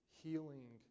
healing